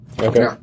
Okay